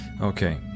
okay